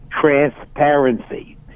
transparency